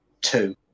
two